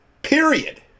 period